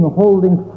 holding